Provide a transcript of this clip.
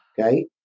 Okay